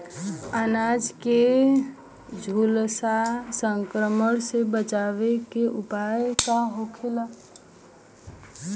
अनार के झुलसा संक्रमण से बचावे के उपाय का होखेला?